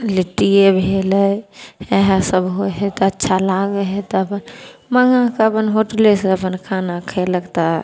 लिट्टिए भेलै इएहसब होइ हइ तऽ अच्छा लागै हइ तब मँगाकऽ अपन होटलेसँ अपन खाना खएलक तऽ